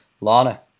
Lana